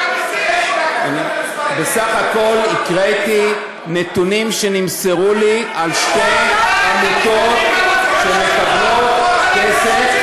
בסך הכול הקראתי נתונים שנמסרו לי על שתי עמותות שמקבלות כסף.